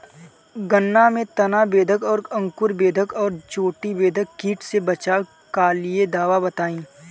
गन्ना में तना बेधक और अंकुर बेधक और चोटी बेधक कीट से बचाव कालिए दवा बताई?